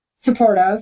supportive